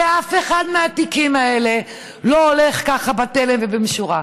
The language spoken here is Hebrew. ואף אחד מהתיקים האלה לא הולך ככה בתלם ובשורה.